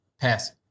Pass